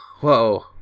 Whoa